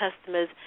customers